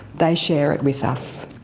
they share it with us.